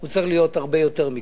צריכה להיות הרבה יותר מכך.